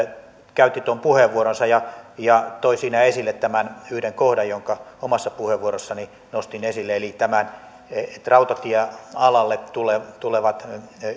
käytti tuon puheenvuoronsa ja ja toi siinä esille tämän yhden kohdan jonka omassa puheenvuorossani nostin esille eli että rautatiealalle tulevat tulevat